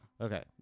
Okay